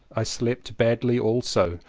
i slept badly also,